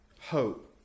hope